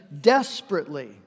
desperately